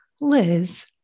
Liz